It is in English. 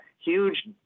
huge